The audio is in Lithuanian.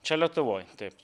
čia lietuvoj taip